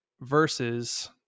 versus